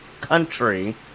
country